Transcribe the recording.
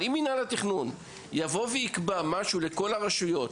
אבל אם מינהל התכנון יקבע משהו לכל הרשויות,